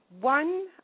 One